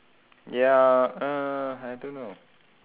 ya uh I don't know